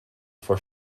for